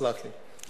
סלח לי.